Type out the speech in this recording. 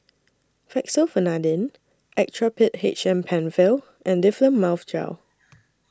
Fexofenadine Actrapid H M PenFill and Difflam Mouth Gel